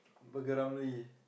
burger Ramly